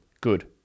Good